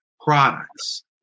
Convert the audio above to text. products